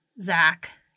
Zach